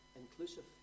inclusive